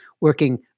working